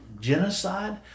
genocide